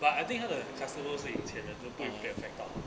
but I think 他的 customer 是有钱人就不会 get affect 到